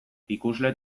ikusle